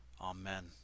Amen